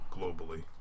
Globally